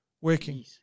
working